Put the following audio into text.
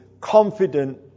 Confident